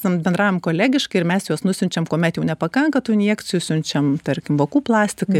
ten bendram kolegiškai ir mes juos nusiunčiam kuomet jau nepakanka tų injekcijų siunčiame tarkim vokų plastikai